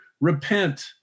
Repent